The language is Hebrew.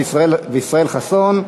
של חברי הכנסת שאול מופז וישראל חסון.